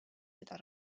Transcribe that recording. seda